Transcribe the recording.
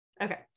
Okay